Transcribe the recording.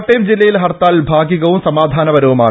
കോട്ടയം ജില്ലയിൽ ഹർത്താൽ ഭാഗികവും സമാധാനപരവുമാണ്